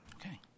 Okay